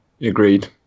Agreed